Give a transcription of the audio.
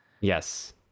Yes